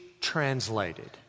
translated